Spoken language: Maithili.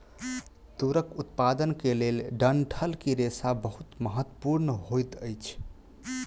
तूरक उत्पादन के लेल डंठल के रेशा बहुत महत्वपूर्ण होइत अछि